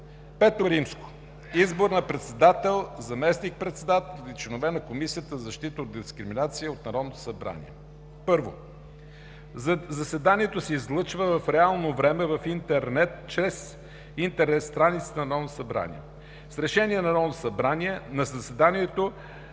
V. Избор на председател, заместник-председател и членове на Комисията за защита от дискриминация от Народното събрание. 1. Заседанието се излъчва в реално време в интернет чрез интернет страницата на Народното събрание. С решение на Народното събрание на заседанието